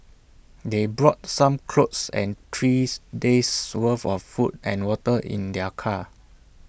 they brought some clothes and threes days worth of food and water in their car